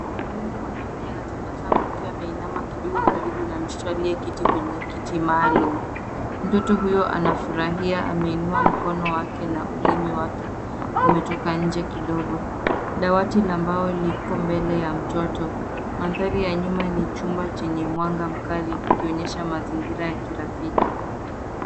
Mwalimu mwanamke anatabasamu akiwa ameinama kidogo karibu na mtoto aliyeketi kwenye kiti maalum. Mtoto huyo anafurahia. Ameinua mkono wake na ulimi wake umetoka nje kidogo. Dawati la mbao liko mbele ya mtoto. Mandhari ya nyuma ni chumba chenye mwanga mkali ikionyesha mazingira ya kirafiki.